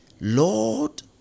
Lord